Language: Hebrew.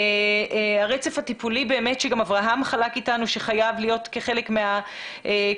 הרצף הטיפולי שגם אברהם חלק אתנו שחייב להיות כחלק מהפתרון.